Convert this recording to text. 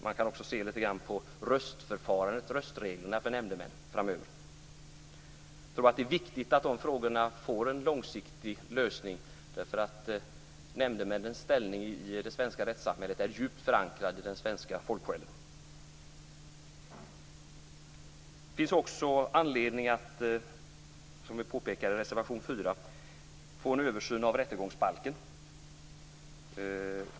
Man kan också se närmare på röstreglerna för nämndemän framöver. Det är viktigt att dessa frågor får en långsiktig lösning, eftersom nämndemännens ställning i det svenska rättssamhället är djupt förankrad i den svenska folksjälen. Som vi påpekar i reservation 4 finns det också anledning att göra en översyn av rättegångsbalken.